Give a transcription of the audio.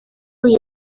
uyu